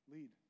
Lead